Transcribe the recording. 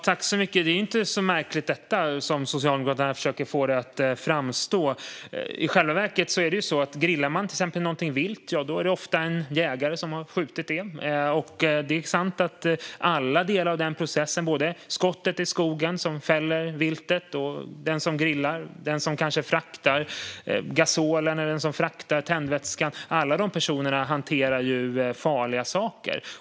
Fru talman! Detta är inte så märkligt som Socialdemokraterna försöker få det att framstå. Om man grillar till exempel vilt är det ofta en jägare som har skjutit det. Det är sant att alla de personer som deltar i processen med det grillade viltet - från den som skjuter skottet i skogen och fäller viltet till den som grillar och den som kanske fraktar gasolen eller tändvätskan - hanterar farliga saker.